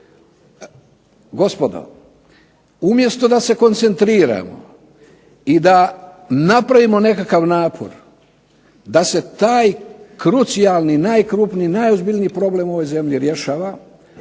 Gospodo, umjesto da se koncentriramo i da napravimo nekakav napor da se taj krucijalni, najkrupniji, najozbiljniji problem u ovoj zemlji rješava,